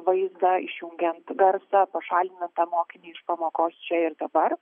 vaizdą išjungiant garsą pašalinant tą mokinį iš pamokos čia ir dabar